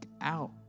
out